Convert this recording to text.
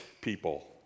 people